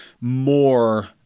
more